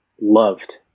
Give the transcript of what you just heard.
loved